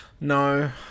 No